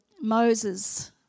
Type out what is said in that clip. Moses